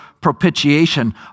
propitiation